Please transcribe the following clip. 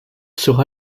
sera